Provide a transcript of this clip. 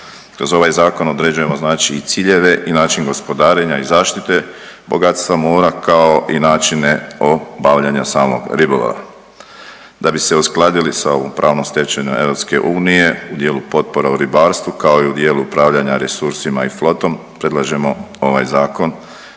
Kroz ovaj zakon određujemo znači i ciljeve i način gospodarenja i zaštite bogatstva mora, kao i načine obavljanja samog ribolova. Da bi se uskladili sa ovom pravnom stečevinom EU u dijelu potpora u ribarstvu, kao i u dijelu upravljanja resursima i flotom predlažemo ovaj zakon